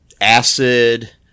acid